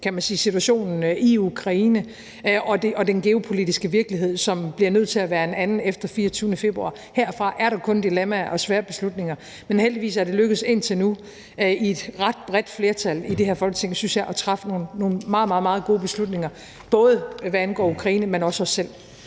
vi taler situationen i Ukraine og den geopolitiske virkelighed, som bliver nødt til at være en anden efter den 24. februar. Herfra er der kun dilemmaer og svære beslutninger. Men heldigvis er det lykkedes indtil nu i et ret bredt flertal i det her Folketing – synes jeg – at træffe nogle meget, meget gode beslutninger, både hvad angår Ukraine, men også os selv.